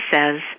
says